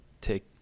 take